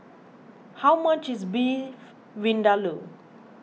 how much is Beef Vindaloo